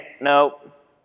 Nope